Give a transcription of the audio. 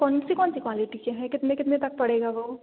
कौन सी कौन सी क्वालिटी के हैं कितने कितने तक पड़ेगा वो